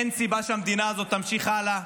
אין סיבה שהמדינה הזאת תמשיך הלאה,